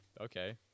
Okay